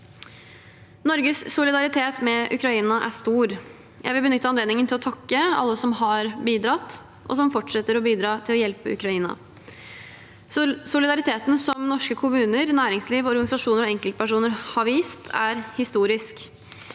Norges solidaritet med Ukraina er stor. Jeg vil benytte anledningen til å takke alle som har bidratt, og som fortsetter å bidra, til å hjelpe Ukraina. Solidariteten som norske kommuner, næringsliv, organisasjoner og enkeltpersoner har vist, er historisk.